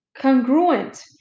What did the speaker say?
congruent